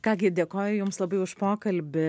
ką gi dėkoju jums labai už pokalbį